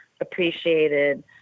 appreciated